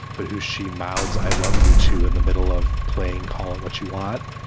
but who she mouths. i love you, too, in the middle of playing. call it what you want.